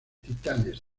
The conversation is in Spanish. titanes